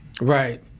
Right